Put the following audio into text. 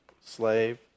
slave